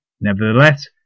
Nevertheless